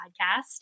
Podcast